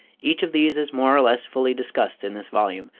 each of these is more or less fully discussed in this volume,